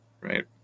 right